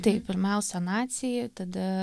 taip pirmiausiai naciai tada